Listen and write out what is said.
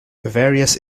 various